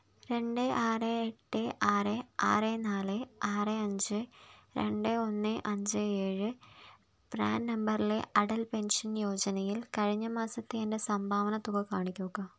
രണ്ട് ആറ് എട്ട് ആറ് ആറ് നാല് ആറ് അഞ്ച് രണ്ട് ഒന്ന് അഞ്ച് ഏഴ് പ്രാൻ നമ്പറിലെ അടൽ പെൻഷൻ യോജനയിൽ കഴിഞ്ഞ മാസത്തെ എൻ്റെ സംഭാവന തുക കാണിക്കുക